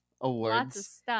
awards